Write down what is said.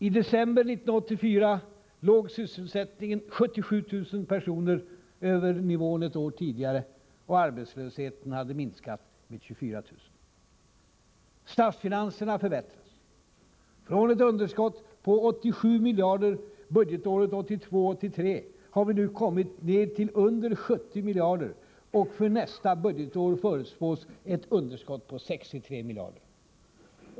I december 1984 låg sysselsättningen 77 000 personer över nivån ett år tidigare, och arbetslösheten hade minskat med 24 000. Statsfinanserna förbättras. Från ett underskott på 87 miljarder budgetåret 1982/83 har vi nu kommit ned till under 70 miljarder, och för nästa budgetår förutspås ett underskott på 63 miljarder.